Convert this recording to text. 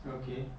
okay